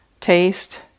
taste